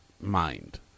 mind